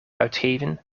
uitgeven